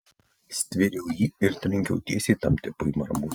stvėriau jį ir trenkiau tiesiai tam tipui į marmūzę